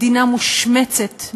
מדינה מושמצת,